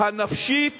הנפשית